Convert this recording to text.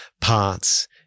parts